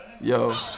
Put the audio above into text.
Yo